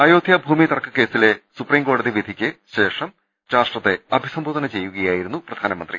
അയോധ്യഭൂമി തർക്കക്കേസിലെ സുപ്രീംകോടതി വിധിക്ക് ശേഷം രാഷ്ട്രത്തെ അഭിസംബോധന ചെയ്യുകയായിരുന്നു പ്രധാ നമന്ത്രി